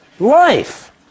life